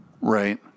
Right